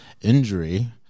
injury